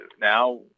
now